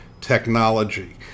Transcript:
technology